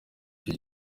icyo